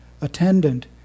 attendant